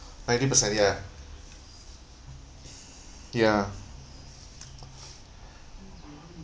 ninety percent ya ya